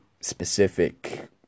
specific